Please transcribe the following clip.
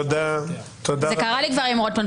זה קרה לי כבר פעם עם רוטמן.